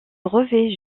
revers